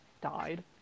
died